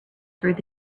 through